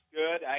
good